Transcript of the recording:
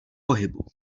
pohybu